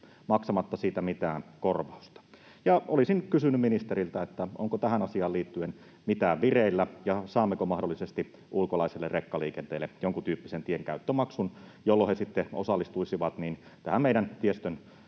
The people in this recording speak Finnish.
maksamatta siitä mitään korvausta. Olisin kysynyt ministeriltä: onko tähän asiaan liittyen mitään vireillä, ja saammeko ulkolaiselle rekkaliikenteelle mahdollisesti jonkuntyyppisen tienkäyttömaksun, jolloin he sitten osallistuisivat tähän meidän tiestömme